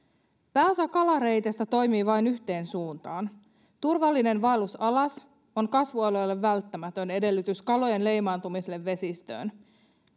pääosa kalareiteistä toimii vain yhteen suuntaan turvallinen vaellus alas on kasvualueille välttämätön edellytys kalojen leimaantumiselle vesistöön